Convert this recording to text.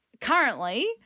currently